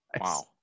Wow